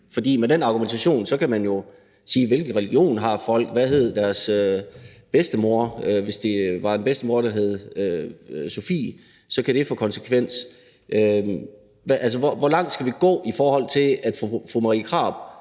For med den argumentation kan man jo spørge, hvilken religion folk har, hvad deres bedstemor hed, og hvis det var en bedstemor, der hed Sofie, så kan det få en konsekvens. Hvor langt skal vi gå, for at fru Marie Krarup